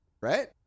right